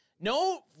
No